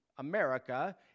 America